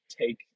take